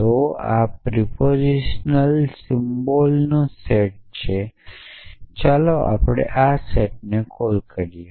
તો આ પ્રસ્તાવનાત્મક ત સિમ્બલ્સનો સેટ છે ચાલો આપણે આ સેટને કોલ કરીએ